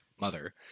Mother